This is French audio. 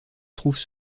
trouvent